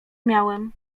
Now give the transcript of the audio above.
miałem